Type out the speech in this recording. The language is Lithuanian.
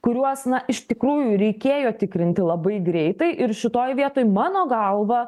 kuriuos na iš tikrųjų reikėjo tikrinti labai greitai ir šitoj vietoj mano galva